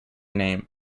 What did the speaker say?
name